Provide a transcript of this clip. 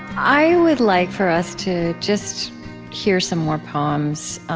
i would like for us to just hear some more poems,